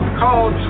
called